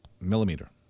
millimeter